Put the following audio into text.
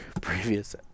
previous